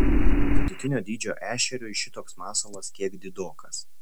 vidutinio dydžio ešeriui šitoks masalas kiek didokas